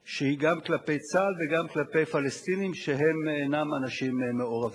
שהיא גם כלפי צה"ל וגם כלפי פלסטינים שאינם אנשים מעורבים.